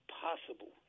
possible